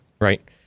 right